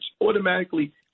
automatically